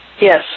Yes